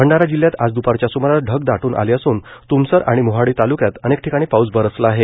भंडारा जिल्ह्यात आज दुपारच्या सुमारास ढग दाटुन आले असून तुमसर आणि मोहाडी तालुक्यात अनेक ठिकाणी पाऊस बरसला आहे